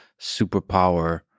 superpower